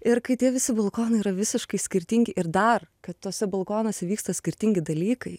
ir kai tie visi balkonai yra visiškai skirtingi ir dar kad tuose balkonuose vyksta skirtingi dalykai